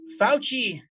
Fauci